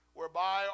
Whereby